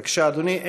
בבקשה, אדוני.